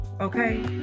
okay